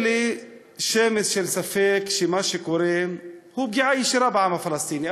לי שמץ של ספק שמה שקורה זה פגיעה בעם הפלסטיני.